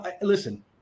listen